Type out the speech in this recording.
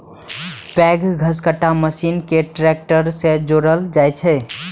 पैघ घसकट्टा मशीन कें ट्रैक्टर सं जोड़ल जाइ छै